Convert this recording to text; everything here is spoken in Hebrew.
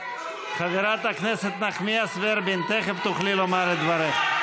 חברת הכנסת נחמיאס ורבין, תכף תוכלי לומר את דברך.